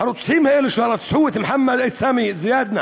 הרוצחים האלה, שרצחו את מוחמד סאמי אלזיאדנה